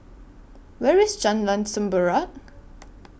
Where IS Jalan Semerbak